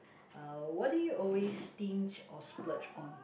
uh what do you always stinge or splurge on